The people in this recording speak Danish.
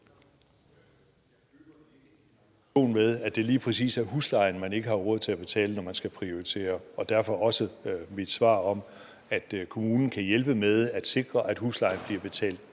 ... med, at det lige præcis er huslejen, man ikke har råd til at betale, når man skal prioritere, og derfor også mit svar om, at kommunen kan hjælpe med at sikre, at huslejen bliver lagt